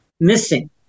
Missing